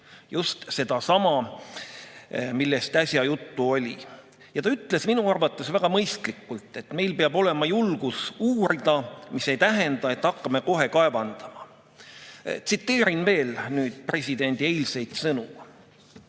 just sedasama, millest äsja juttu oli. Ta ütles minu arvates väga mõistlikult, et meil peab olema julgust uurida, mis ei tähenda, et hakkame kohe kaevandama. Tsiteerin presidendi eilseid sõnu: